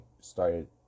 started